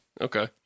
Okay